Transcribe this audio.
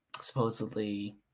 supposedly